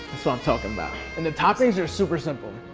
so i'm talkin' about. and the toppings are super simple,